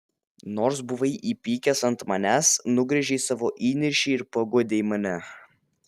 nors buvai įpykęs ant manęs nugręžei savo įniršį ir paguodei mane